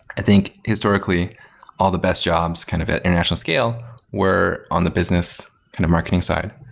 i think, historically all the best jobs kind of at international scale were on the business kind of marketing side,